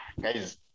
guys